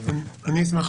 אני אשמח.